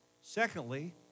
Secondly